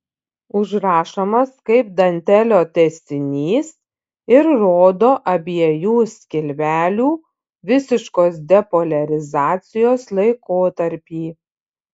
užrašomas kaip dantelio tęsinys ir rodo abiejų skilvelių visiškos depoliarizacijos laikotarpį